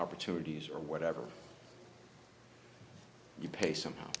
opportunities or whatever you pay some